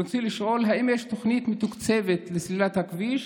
רצוני לשאול: 1. האם יש תוכנית מתוקצבת לסלילת הכביש?